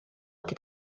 wedi